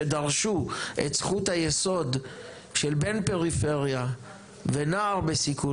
שדרשו את זכות היסוד של בן פריפריה ונער בסיכון